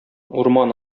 урман